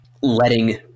letting